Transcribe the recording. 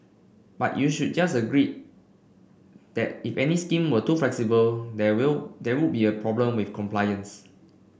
but you should just agreed that if any scheme were too flexible there will there would be a problem with compliance